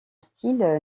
style